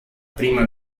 prima